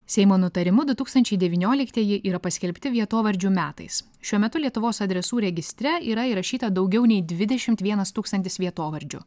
seimo nutarimu du tūkstančiai devynioliktieji yra paskelbti vietovardžių metais šiuo metu lietuvos adresų registre yra įrašyta daugiau nei dvidešimt vienas tūkstantis vietovardžių